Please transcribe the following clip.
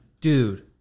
Dude